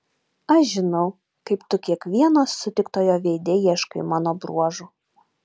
aš žinau kaip tu kiekvieno sutiktojo veide ieškai mano bruožų